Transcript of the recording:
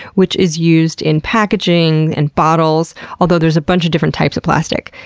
which is used in packaging and bottles, although there's a bunch of different types of plastic.